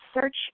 search